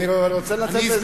אבל אני רוצה לנצל את ההזדמנות,